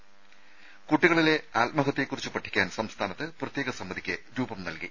ത കുട്ടികളിലെ ആത്മഹത്യയെക്കുറിച്ച് പഠിക്കാൻ സംസ്ഥാനത്ത് പ്രത്യേക സമിതിയ്ക്ക് രൂപം നൽകി